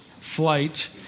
flight